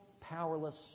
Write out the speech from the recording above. powerless